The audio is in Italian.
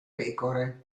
pecore